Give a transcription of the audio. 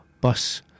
bus